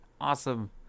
awesome